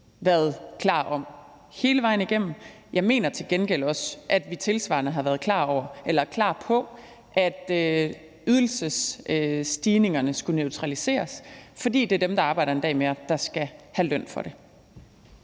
været klar om hele vejen igennem. Jeg mener til gengæld også, at vi tilsvarende har været klar på, at ydelsesstigningerne skulle neutraliseres, fordi det er dem, der arbejder en dag mere, der skal have løn for det.